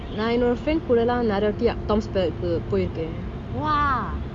நான் என்னோட:naan enoda friend கூடலாம் நெறய வாடி:kudalam neraya vaati tom's palette பொய் இருக்கான்:poi irukan